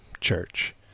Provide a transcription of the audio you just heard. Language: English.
church